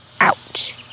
out